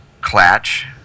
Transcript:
clutch